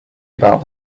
about